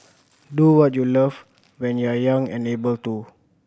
do what you love when you are young and able to